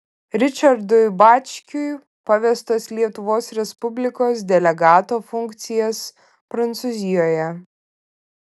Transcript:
ričardui bačkiui pavestos lietuvos respublikos delegato funkcijas prancūzijoje